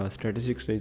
Statistics